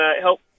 help